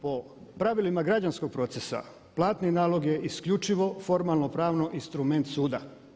Po pravilima građanskog procesa platni nalog je isključivo formalno-pravno instrument suda.